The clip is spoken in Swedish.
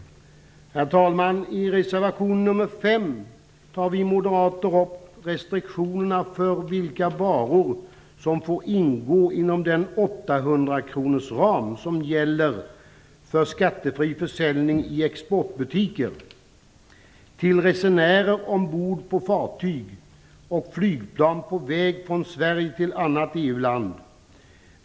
Herr talman! I reservation nr 5 tar vi moderater upp restriktionerna för vilka varor som får ingår inom den 800-kronorsram som gäller för skattefri försäljning i exportbutiker till resenärer ombord på fartyg och flygplan på väg från Sverige till annat EU-land.